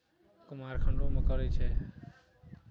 कुमारखण्डोमे करै छै